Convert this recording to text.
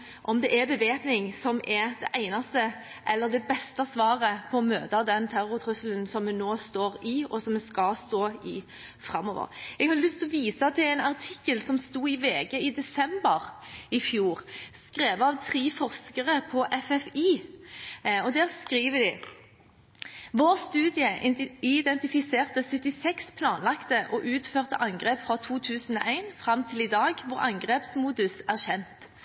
om det er bevæpning som er det eneste – eller det beste – svaret på å møte den terrortrusselen som vi nå står i, og som vi skal stå i framover. Jeg har lyst til å vise til en artikkel som sto i VG i desember i fjor, skrevet av tre forskere på FFI. Der skriver de: «Vår studie identifiserte 76 planlagte og utførte angrep fra 2001 fram til i dag hvor angrepsmodus er kjent.